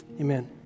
Amen